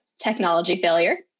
technology failure.